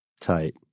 Tight